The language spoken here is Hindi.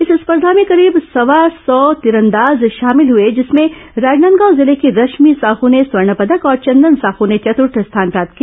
इस स्पर्धा में करीब सवा सौ तीरंदाज शामिल हुए जिसमें राजनांदगांव जिले की रश्मि साह ने स्वर्ण पदक और चंदन साह ने चतुर्थ स्थान प्राप्त किया